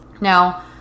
Now